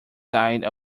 tide